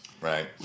Right